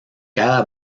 cada